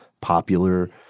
popular